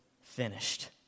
finished